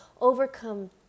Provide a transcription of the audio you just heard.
overcome